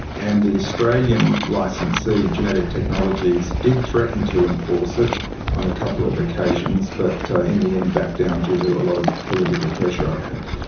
and the australian licensee, genetic technologies, did threaten to enforce it on a couple of occasions, but in the end backed down due to a lot of political pressure i think.